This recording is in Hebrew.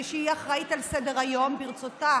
ושהיא אחראית לסדר-היום: ברצותה